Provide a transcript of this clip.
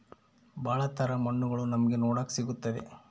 ಭಾಳ ತರ ಮಣ್ಣುಗಳು ನಮ್ಗೆ ನೋಡಕ್ ಸಿಗುತ್ತದೆ